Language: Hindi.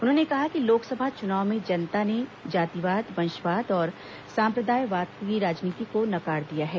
उन्होंने कहा कि लोकसभा चुनाव में जनता ने जातिवाद वंशवाद और साम्प्रदायवाद की राजनीति को नकार दिया है